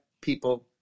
people